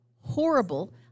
horrible